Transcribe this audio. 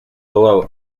below